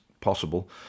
possible